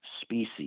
species